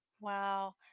Wow